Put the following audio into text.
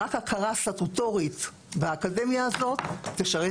רק הכרה סטטוטורית באקדמיה הזאת תשרת